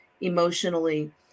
emotionally